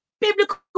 biblical